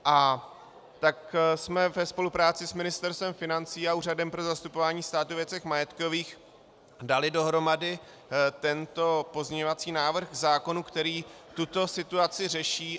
A tak jsme ve spolupráci s Ministerstvem financí a Úřadem pro zastupování státu ve věcech majetkových dali dohromady tento pozměňovací návrh zákona, který tuto situaci řeší.